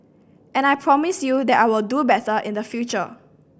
and I promise you that I will do better in the future